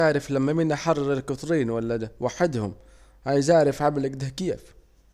مينا الي حرر الجطرين ده ولا وحدهم عايز اعرف عمل اكده كييف